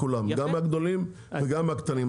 גם הגדולים וגם הקטנים.